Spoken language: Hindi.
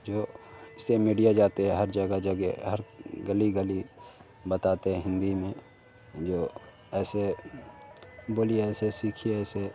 जो उसपर मीडिया जाते हर जगह जगह हर गली गली बताते हिन्दी में जो ऐसे बोलिए ऐसे सीखिए ऐसे